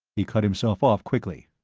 he cut himself off quickly.